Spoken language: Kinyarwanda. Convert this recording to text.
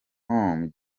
home